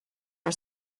are